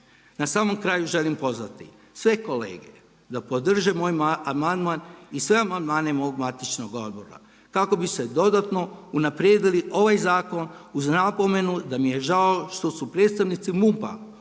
Na samom kraju želim pozvati sve kolege da podrže moj amandman i sve amandmane mog matičnog odbora kako bi se dodatno unaprijedili ovaj zakon uz napomenu da mi je žao da što su predstavnici MUP-a